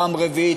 פעם רביעית,